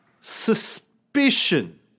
Suspicion